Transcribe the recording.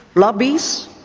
lobbies,